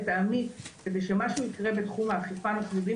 לטעמי כדי שמשהו יקרה בתחום האכיפה אנחנו יודעים